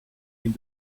est